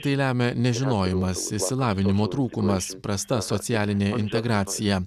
tai lemia nežinojimas išsilavinimo trūkumas prasta socialinė integracija